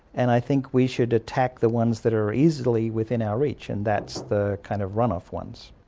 and i think we should attack the ones that are easily within our reach, and that's the kind of runoff ones.